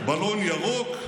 לאיווט,